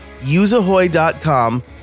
useahoy.com